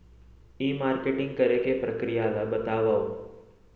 ई marketing करे के प्रक्रिया ला बतावव?